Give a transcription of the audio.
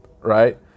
right